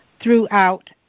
throughout